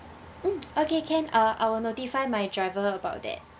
mm okay can uh I will notify my driver about that